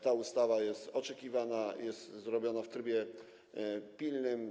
Ta ustawa jest oczekiwana, jest przygotowana w trybie pilnym.